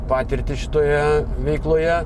patirtį šitoje veikloje